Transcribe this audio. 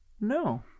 No